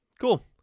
cool